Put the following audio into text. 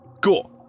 Cool